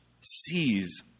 sees